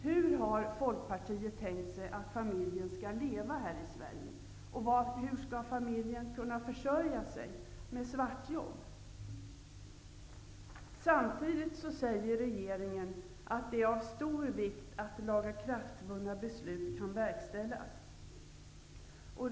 Hur har Folkpartiet tänkt sig att familjer skall leva här i Sverige? Hur skall de kunna försörja sig -- med svartjobb? Samtidigt säger regeringen att det är av stor vikt att lagakraftvunna beslut kan verkställas.